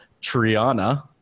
Triana